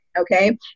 Okay